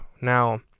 Now